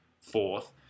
fourth